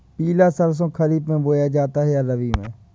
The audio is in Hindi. पिला सरसो खरीफ में बोया जाता है या रबी में?